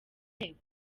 inteko